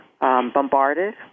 bombarded